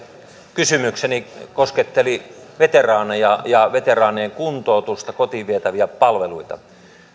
kysymykseni kosketteli veteraaneja ja ja veteraanien kuntoutusta kotiin vietäviä palveluita